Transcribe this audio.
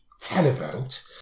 televote